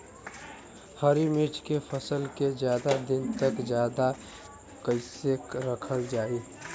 हरि मिर्च के फसल के ज्यादा दिन तक ताजा कइसे रखल जाई?